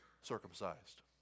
circumcised